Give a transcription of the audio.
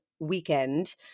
Weekend